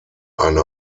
eine